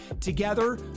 Together